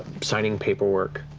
signing paperwork.